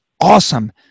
Awesome